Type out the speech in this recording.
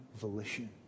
volition